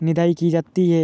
निदाई की जाती है?